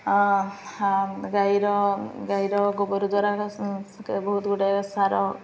ଗାଈର ଗାଈର ଗୋବର ଦ୍ୱାରା ବହୁତ ଗୁଡ଼ାଏ ସାର